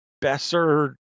Besser